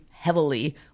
heavily